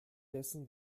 dessen